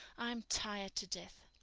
i'm tired to death.